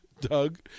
Doug